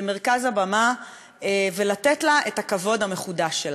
למרכז הבמה ולתת לה את הכבוד המחודש שלה.